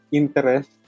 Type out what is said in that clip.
interest